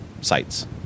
sites